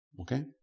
Okay